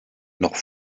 noch